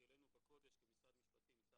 שבים ומברכים את יושבת הראש שמקדמת